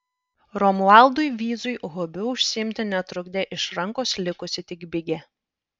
romualdui vyzui hobiu užsiimti netrukdė iš rankos likusi tik bigė